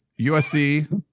USC